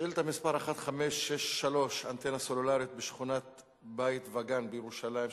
שאילתא מס' 1563: אנטנה סלולרית בשכונת בית-וגן בירושלים,